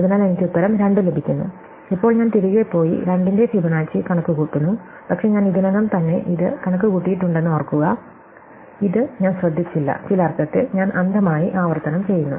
അതിനാൽ എനിക്ക് ഉത്തരം 2 ലഭിക്കുന്നു ഇപ്പോൾ ഞാൻ തിരികെ പോയി 2 ന്റെ ഫിബൊനാച്ചി കണക്കുകൂട്ടുന്നു പക്ഷേ ഞാൻ ഇതിനകം തന്നെ ഇത് കണക്കുകൂട്ടിയിട്ടുണ്ടെന്ന് ഓർക്കുക പക്ഷേ ഞാൻ ഇത് ശ്രദ്ധിച്ചില്ല ചില അർത്ഥത്തിൽ ഞാൻ അന്ധമായി ആവർത്തനം ചെയ്യുന്നു